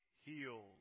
healed